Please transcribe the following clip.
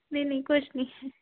ਨਹੀਂ ਨਹੀਂ ਕੁਛ ਨਹੀਂ